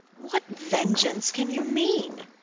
what vengeance can you mean?